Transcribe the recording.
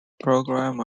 programme